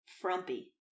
frumpy